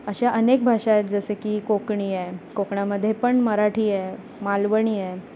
अशा अनेक भाषा आहेत जसे की कोकणी आहे कोकणामध्ये पण मराठी आहे मालवणी आहे